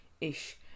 ish